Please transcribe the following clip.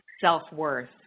self-worth